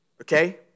Okay